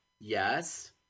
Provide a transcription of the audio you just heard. Yes